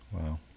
Wow